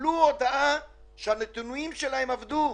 קיבלו הודעה שהנתונים שלהם אבדו,